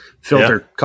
filter